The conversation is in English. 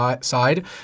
side